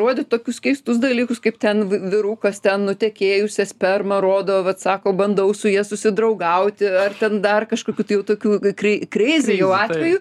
rodyt tokius keistus dalykus kaip ten v vyrukas ten nutekėjusią spermą rodo vat sako bandau su ja susidraugauti ar ten dar kažkokių tai jau tokių krei kreizi jau atvejų